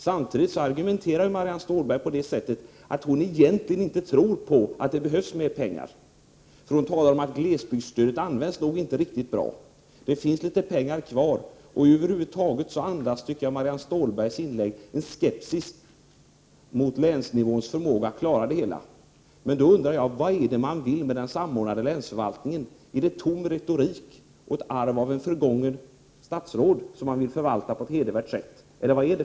Samtidigt argumenterar Marianne Stålberg på det sättet att hon egentligen inte tror att det behövs ytterligare pengar. Hon talar om att glesbygdsstödet inte används tillräckligt bra: det finns litet pengar kvar. Över huvud taget tycker jag att Marianne Stålbergs inlägg andas en skepsis mot möjligheterna att klara hanteringen på länsnivå. Då undrar jag: Vad är det då ni vill med den samordnade länsförvaltningen? Är det bara tom retorik och ett arv från tidigare statsråd som ni vill förvalta på ett hedervärt sätt, eller vad är det?